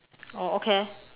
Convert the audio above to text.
oh okay